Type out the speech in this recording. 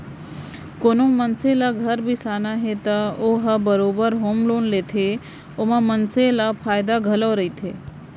कोनो मनसे ल घर बिसाना हे त ओ ह बरोबर होम लोन लेथे ओमा मनसे ल फायदा घलौ रहिथे